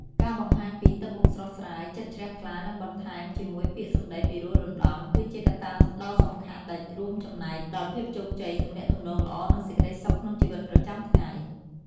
ការបង្ហាញពី ទឹកមុខស្រស់ស្រាយ ចិត្តជ្រះថ្លា និងបន្ថែមជាមួយពាក្យសម្ដីពិរោះរណ្ដំ គឺជាកត្តាដ៏សំខាន់ដែលរួមចំណែកដល់ភាពជោគជ័យ ទំនាក់ទំនងល្អ និងសេចក្តីសុខក្នុងជីវិតប្រចាំថ្ងៃ។